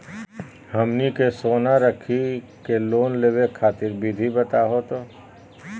हमनी के सोना रखी के लोन लेवे खातीर विधि बताही हो?